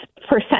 percent